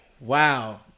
Wow